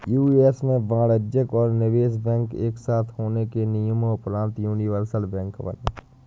US में वाणिज्यिक और निवेश बैंक एक साथ होने के नियम़ोंपरान्त यूनिवर्सल बैंक बने